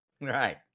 right